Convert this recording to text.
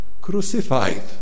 crucified